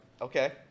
Okay